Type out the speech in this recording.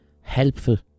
helpful